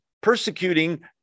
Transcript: persecuting